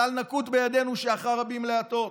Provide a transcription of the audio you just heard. כלל נקוט בידינו שאחר רבים להטות,